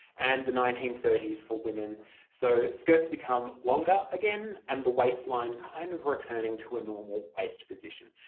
and the nineteen thirty s for women so skirts become longer again and the waistline kind of returning to a normal waist position.